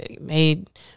made